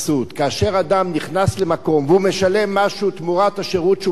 כאשר אדם נכנס למקום והוא משלם משהו תמורת השירות שהוא מקבל,